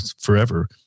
forever